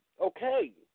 Okay